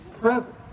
present